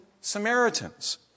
Samaritans